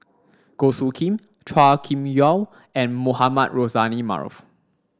Goh Soo Khim Chua Kim Yeow and Mohamed Rozani Maarof